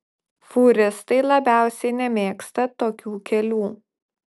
fūristai labiausiai nemėgsta tokių kelių